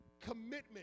commitment